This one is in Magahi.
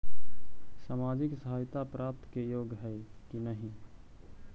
सामाजिक सहायता प्राप्त के योग्य हई कि नहीं?